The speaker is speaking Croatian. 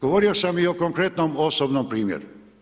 Govorio sam i o konkretnom osobnom primjeru.